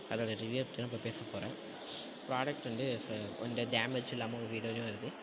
அதோட ரிவ்யூவை பற்றி தான் நான் இப்போ பேசப்போகறேன் ப்ராடக்ட் வந்து இப்போ எந்த டேமேஜும் இல்லாமல் தான் வருது